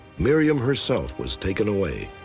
miriam herself was taken away.